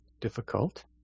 difficult